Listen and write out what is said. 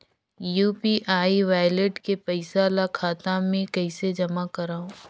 UPI wallet के पईसा ल खाता मे कइसे जमा करव?